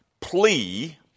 plea